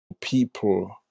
people